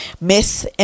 Miss